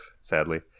sadly